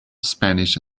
spanish